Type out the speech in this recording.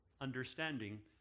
understanding